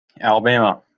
Alabama